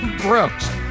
Brooks